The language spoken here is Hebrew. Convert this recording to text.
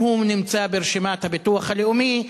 אם הוא נמצא ברשימת הביטוח הלאומי,